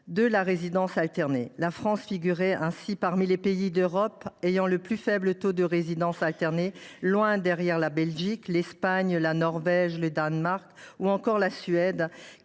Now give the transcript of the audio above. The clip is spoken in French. de la résidence alternée. La France figurerait ainsi parmi les pays d’Europe ayant le plus faible taux de résidence alternée, loin derrière la Belgique, l’Espagne, la Norvège, le Danemark ou encore la Suède,